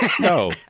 No